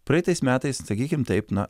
praeitais metais sakykim taip na